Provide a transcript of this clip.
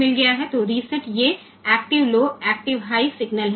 તો આ રીસેટ છે આ active low active high signal છે